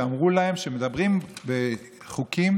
אמרו להם שמדברים על חוקים